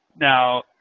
Now